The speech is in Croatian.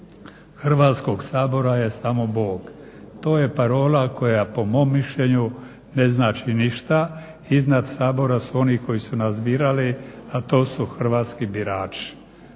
Hrvatskog sabora je samo bog. To je parola koja po mom mišljenju ne znači ništa. Iznad Sabora su oni koji su nas birali a to su hrvatski birači.